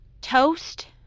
Toast